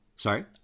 Sorry